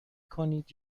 کنید